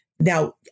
Now